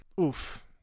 Oof